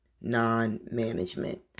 non-management